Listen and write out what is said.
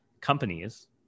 companies